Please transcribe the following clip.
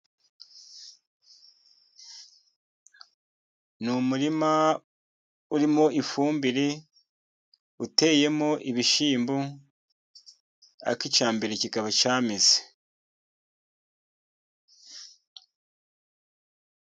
Ni umurima urimo ifumbire, uteyemo ibishyimbo, ariko icyambere kikaba cyameze.